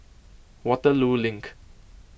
Waterloo Link